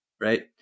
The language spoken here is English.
Right